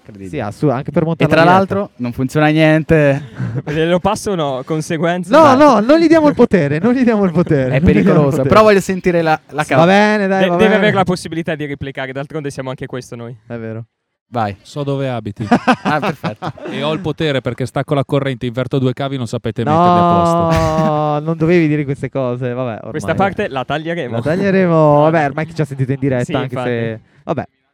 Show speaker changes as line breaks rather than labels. credi.
Sì, assu- anche per
E
montare la
tra
diretta.
l'altro non funziona niente.
Lo passo, no? Conseguenza.
No,
Dai.
no, non gli diamo il potere, non gli diamo il potere,
È
non gli diamo il
pericoloso,
potere.
però voglio sentire la- la
Sì,
causa.
va bene, dai,
De-
va
deve
bene.
avere la possibilità di replicare, d'altronde siamo anche questo noi.
È vero.
Vai.
So dove abiti.
Ah, perfetto.
E ho il potere perché stacco la corrente, inverto due cavi, non sapete metterli a posto.
No, non dovevi dire queste cose, vabbè, ormai.
Questa parte la taglieremo.
La taglieremo, vabbè, ormai chi ci ha sentito in diretta,
Sì,
anche
infatti.
se- vabbè.